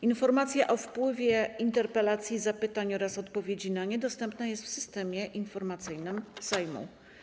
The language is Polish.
Informacja o wpływie interpelacji, zapytań oraz odpowiedzi na nie dostępna jest w Systemie Informacyjnym Sejmu.